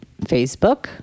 Facebook